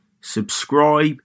subscribe